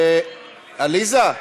עליזה.